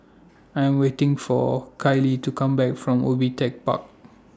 I Am waiting For Kailee to Come Back from Ubi Tech Park